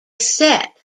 set